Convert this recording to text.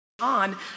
On